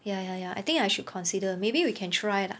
ya ya ya I think I should consider maybe we can try lah